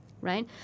right